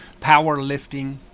powerlifting